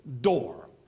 door